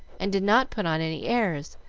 and did not put on any airs,